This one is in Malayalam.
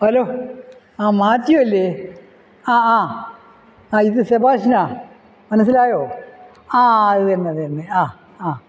ഹലോ ആ മാത്യു അല്ലേ ആ ആ ഇത് സെബാസ്റ്റ്യൻ ആണ് മനസ്സിലായോ ആ അതുതന്നെ അതുതന്നെ ആ ആ